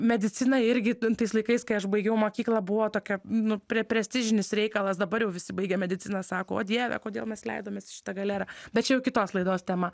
medicina irgi tais laikais kai aš baigiau mokyklą buvo tokia nu pre prestižinis reikalas dabar jau visi baigę mediciną sako o dieve kodėl mes leidomės į šitą galerą bet čia jau kitos laidos tema